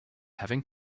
having